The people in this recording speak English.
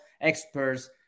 experts